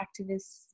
activists